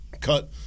Cut